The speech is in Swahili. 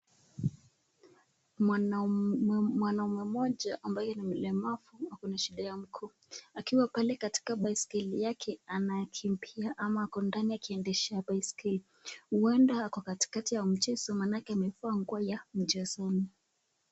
Mwanamume mmoja ambaye ni mlemavu ako na shida ya miguu. Akiwa pale katika baiskeli yake anakimbia ama ako ndani akiendesha baiskeli. Huenda ako katikati ya michezo maanake amevaa nguo ya michezoni.